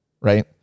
right